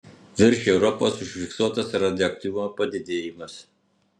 virš europos užfiksuotas radioaktyvumo padidėjimas